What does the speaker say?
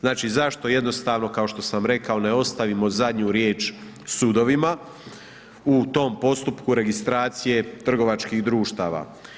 Znači zašto jednostavno kao što sam rekao ne ostavimo zadnju riječ sudovima u tom postupku registracije trgovačkih društava.